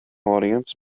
audience